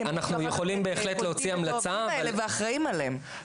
כמי שאחר כך קולטים את הילדים האלה ואחראים עליהם.